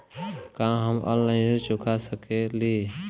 का हम ऑनलाइन ऋण चुका सके ली?